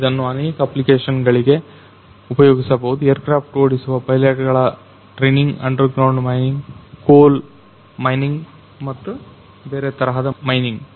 ಇದನ್ನ ಅನೇಕ ಅಪ್ಲಿಕೆಶನ್ಗಲಿಗೆ ಉಪಯೋಗಿಸಬಹುದು ಎರ್ಕ್ರಾಫ್ಟ್ ಓಡಿಸುವ ಪೈಲೆಟ್ಗಳ training underground mining coal mining ಅಥವಾ ಬೇರೆ ತರಹದ ಮೈನಿಂಗ್